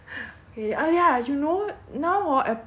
okay oh ya no~ now hor Apple right